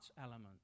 element